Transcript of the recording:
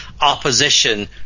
opposition